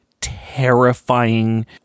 terrifying